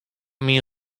myn